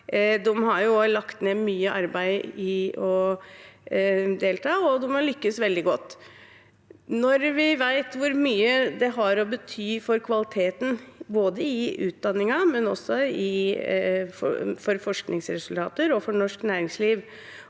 De har også lagt ned mye arbeid i å delta, og de har lykkes veldig godt. Når vi vet hvor mye det betyr for kvaliteten i utdanningen, for forskningsresultater og for norsk næringsliv,